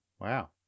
Wow